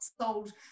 sold